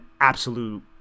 absolute –